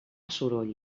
soroll